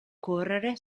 correre